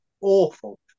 awful